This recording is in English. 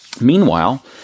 Meanwhile